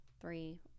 three